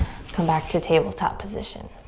come back to tabletop position.